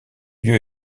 lieu